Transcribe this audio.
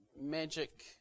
magic